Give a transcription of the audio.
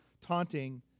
taunting